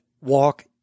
walk